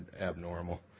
abnormal